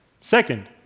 Second